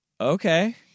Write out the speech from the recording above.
Okay